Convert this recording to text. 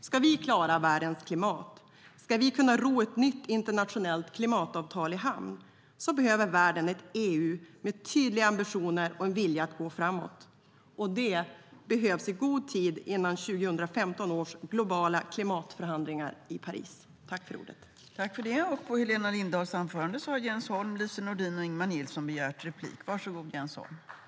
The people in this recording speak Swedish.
Om vi ska klara världens klimat och om vi ska kunna ro ett nytt internationellt klimatavtal i hamn behöver världen ett EU med tydliga ambitioner och en vilja att gå framåt. Och det behövs i god tid före 2015 års globala klimatförhandlingar i Paris. I detta anförande instämde Anders Ahlgren .